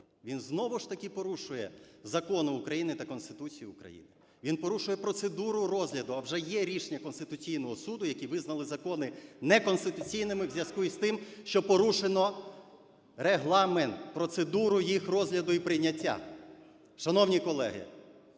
Він знову ж таки порушує закони України та Конституцію України. Він порушує процедуру розгляду, а вже є рішення Конституційного Суду, які визнали закони неконституційним у зв'язку із тим, що порушено Регламент, процедуру їх розгляду і прийняття. Шановні колеги,